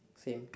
same